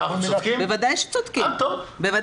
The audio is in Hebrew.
אנחנו צודקים?